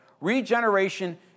Regeneration